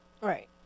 Right